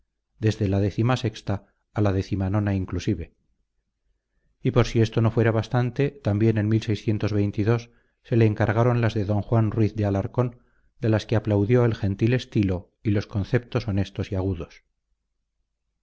desde la décima sexta a la décima nona inclusive y por si esto no fuera bastante también en se le encargaron las de don juan ruiz de alarcón de las que aplaudió el gentil estilo y los conceptos honestos y agudos